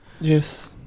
Yes